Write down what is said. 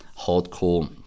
hardcore